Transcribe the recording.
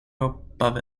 above